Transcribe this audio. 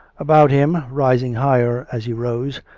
about him, rising higher as he rose,